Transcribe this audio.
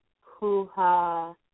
Hoo-ha